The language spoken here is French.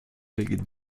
baguette